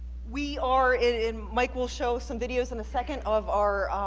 we are in mike will show some videos on the second of our